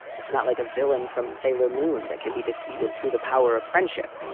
it's not like a villain from sailor moon that can be defeated through the power of friendship.